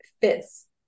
fits